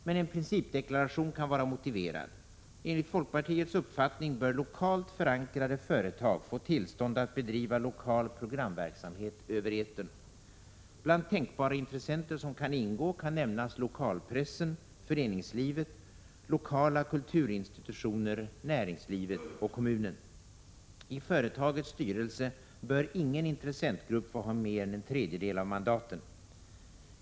Men en principdeklaration kan vara motiverad. Enligt folkpartiets uppfattning bör lokalt förankrade företag få tillstånd att bedriva lokal programverksamhet över etern. Bland tänkbara intressenter som kan ingå kan nämnas lokalpressen, föreningslivet, lokala kulturinstitutioner, näringslivet och kommunen. I företagets styrelse bör ingen intressentgrupp få ha mer än en tredjedel av mandaten.